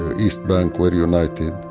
east bank were united.